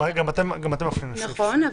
גם אתם מפנים לסעיף 20. נכון,